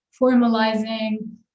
formalizing